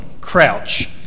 Crouch